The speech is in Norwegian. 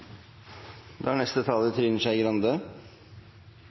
Da er neste taler Trine Skei Grande